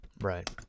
Right